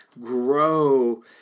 grow